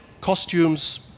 costumes